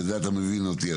ואתה מבין אותי,